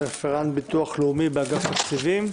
רפרנט ביטוח לאומי באגף התקציבים.